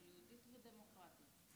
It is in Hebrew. יהודית ודמוקרטית.